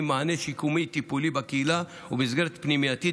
מענה שיקומי-טיפולי בקהילה ובמסגרת פנימייתית,